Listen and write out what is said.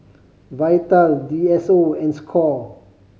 Vital D S O and score